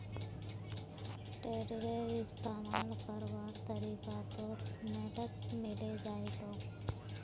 टेडरेर इस्तमाल करवार तरीका तोक नेटत मिले जई तोक